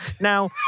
Now